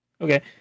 Okay